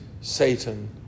Satan